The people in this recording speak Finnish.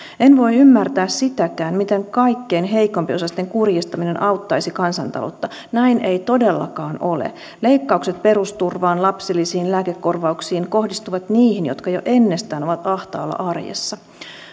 en voi ymmärtää sitäkään miten kaikkein heikompiosaisten kurjistaminen auttaisi kansantaloutta näin ei todellakaan ole leikkaukset perusturvaan lapsilisiin lääkekorvauksiin kohdistuvat niihin jotka jo ennestään ovat ahtaalla arjessa